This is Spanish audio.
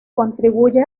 contribuye